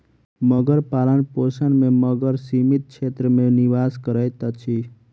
मगर पालनपोषण में मगर सीमित क्षेत्र में निवास करैत अछि